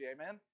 amen